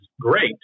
great